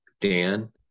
Dan